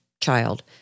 child